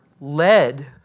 led